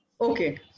Okay